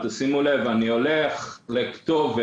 שימו לב, אני הולך לכתובת